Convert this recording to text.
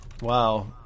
Wow